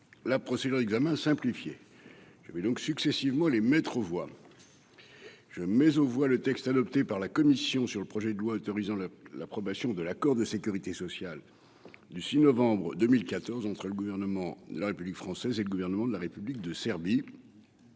la procédure d'examen simplifié. Je vais donc les mettre successivement aux voix. Je mets aux voix le texte adopté par la commission sur le projet de loi autorisant l'approbation de l'accord de sécurité sociale du 6 novembre 2014 entre le Gouvernement de la République française et le Gouvernement de la République de Serbie